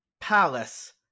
palace